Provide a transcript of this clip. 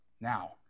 Now